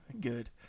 Good